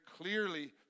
clearly